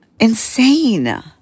Insane